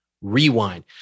rewind